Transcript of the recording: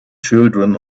children